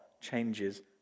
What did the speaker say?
changes